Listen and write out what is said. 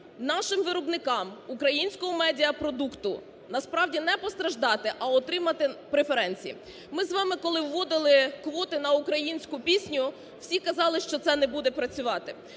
нашим виробникам українського медіапродукту насправді не постраждати, а отримати преференції. Ми з вами, коли вводили квоти на українську пісню, всі казали, що це не буде працювати.